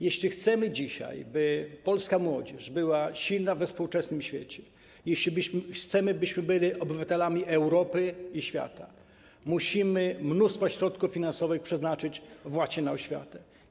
Jeśli chcemy dzisiaj, by polska młodzież była silna we współczesnym świecie, jeśli chcemy, byśmy byli obywatelami Europy i świata, musimy mnóstwo środków finansowych przeznaczyć właśnie na oświatę.